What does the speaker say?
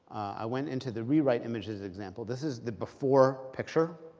i went into the rewrite images example. this is the before picture,